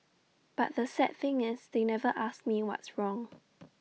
but the sad thing is they never asked me what's wrong